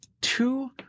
two